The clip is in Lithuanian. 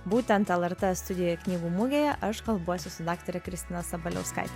būtent lrt studijoje knygų mugėje aš kalbuosi su daktare kristina sabaliauskaite